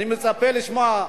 אני מצפה לשמוע,